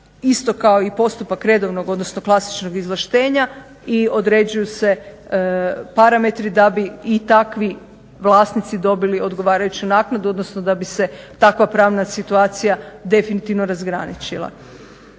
isto kao i postupak redovnog odnosno klasičnog izvlaštenja i određuju se parametri da bi i takvi vlasnici dobili odgovarajuću naknadu odnosno da bi se takva pravna situacija definitivno razgraničila.